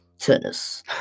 tennis